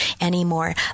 anymore